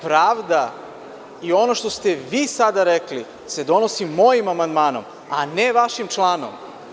Pravda i ono što ste vi sada rekli se donosi mojim amandmanom, a ne vašim članom.